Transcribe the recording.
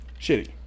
shitty